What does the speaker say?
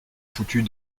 foutus